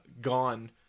gone